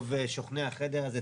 רוב שוכני החדר הזה,